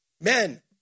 Men